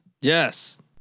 Yes